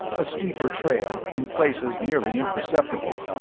a steeper trail, in places nearly imperceptible,